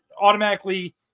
automatically